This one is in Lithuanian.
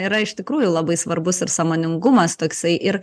yra iš tikrųjų labai svarbus ir sąmoningumas toksai ir